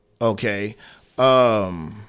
Okay